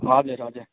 हजुर हजुर